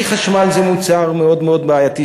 חשמל זה מוצר מאוד מאוד בעייתי,